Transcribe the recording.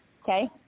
okay